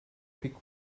pick